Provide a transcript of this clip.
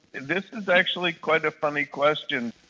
this is actually quite a funny question.